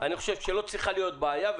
-- אני חושב שלא צריכה להיות בעיה,